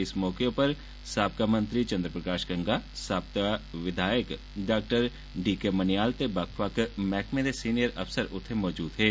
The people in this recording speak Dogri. इस मौके साबका मंत्री चन्द प्रकाश गंगा साबका विधायक डाक्टर डी के मन्येआल ते बक्ख बक्ख मैहकमे दे सीनियर अफसर उत्थे मौजूद हे